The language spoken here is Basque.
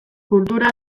kultura